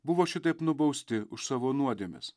buvo šitaip nubausti už savo nuodėmes